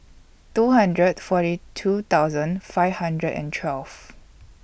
two hundred and forty two thousand five hundred and twelve